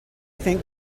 think